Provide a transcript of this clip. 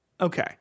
Okay